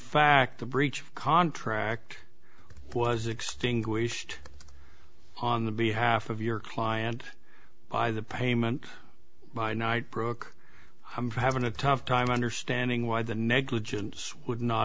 fact the breach of contract was extinguished on the behalf of your client by the payment by night brooke i'm having a tough time understanding why the negligence would not